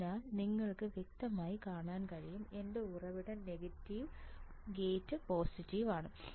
അതിനാൽ നിങ്ങൾക്ക് വ്യക്തമായി കാണാൻ കഴിയും എന്റെ ഉറവിടം നെഗറ്റീവ് ഗേറ്റ് പോസിറ്റീവ് ആണ്